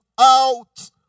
out